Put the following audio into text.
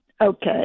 Okay